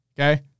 okay